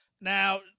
Now